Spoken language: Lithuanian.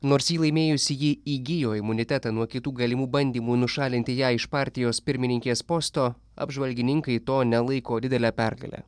nors jį laimėjusi ji įgijo imunitetą nuo kitų galimų bandymų nušalinti ją iš partijos pirmininkės posto apžvalgininkai to nelaiko didele pergale